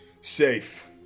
safe